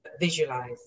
visualize